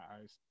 eyes